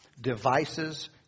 devices